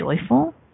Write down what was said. joyful